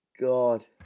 God